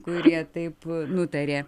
kurie taip nutarė